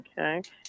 okay